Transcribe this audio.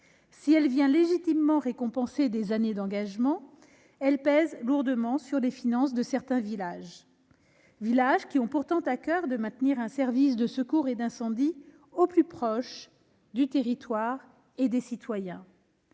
Si elle vient légitimement récompenser des années d'engagement, elle pèse lourdement sur les finances de certains villages, alors qu'ils ont pourtant à coeur de maintenir un service de secours et d'incendie au plus proche du territoire et des citoyens.